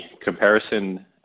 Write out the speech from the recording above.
comparison